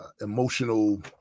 emotional